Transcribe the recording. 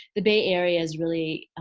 the bay area's really,